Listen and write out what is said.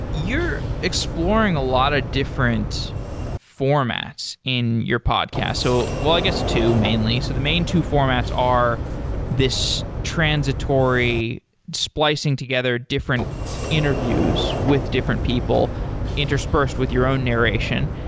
you're exploring a lot of different formats in your podcast. so i guess two mainly. so the main two formats are this transitory splicing together different interviews with different people interspersed with your own narration.